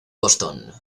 boston